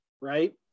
right